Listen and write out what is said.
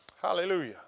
Hallelujah